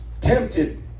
tempted